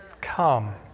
come